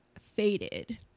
faded